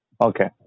Okay